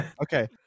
Okay